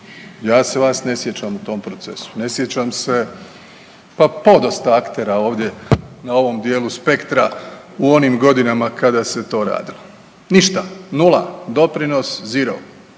Ja se vas ne sjećam u tom procesu. Ne sjećam se pa podosta aktera ovdje na ovom dijelu spektra u onom godinama kada se to radilo. Ništa, nula, doprinos zirou.